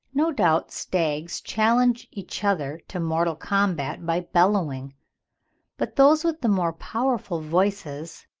no doubt stags challenge each other to mortal combat by bellowing but those with the more powerful voices,